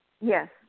Yes